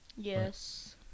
Yes